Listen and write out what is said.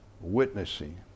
witnessing